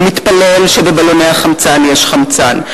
הוא מתפלל שבבלוני החמצן יש חמצן,